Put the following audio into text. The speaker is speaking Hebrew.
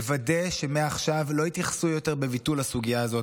לוודא שמעכשיו לא יתייחסו יותר בביטול לסוגיה הזאת,